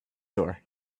door